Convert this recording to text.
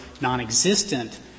non-existent